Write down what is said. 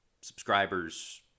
subscribers